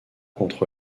contre